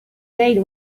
date